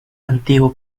antiguo